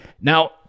Now